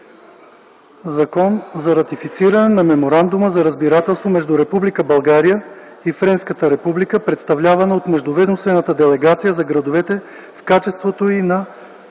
за ратифициране на Меморандума за разбирателство между Република България и Френската република, представлявана от Междуведомствена делегация за градовете в качеството й на